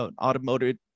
automotive